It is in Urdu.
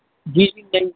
جی